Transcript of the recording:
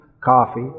coffee